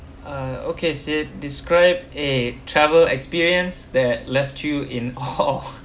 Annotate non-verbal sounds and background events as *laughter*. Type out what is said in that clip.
uh okay sid describe a travel experience that left you in awe *laughs*